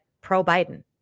pro-Biden